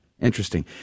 Interesting